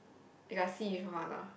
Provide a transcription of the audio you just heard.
you got see before or not